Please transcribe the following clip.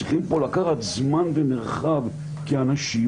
צריכים פה לקחת זמן ומרחב כי האנשים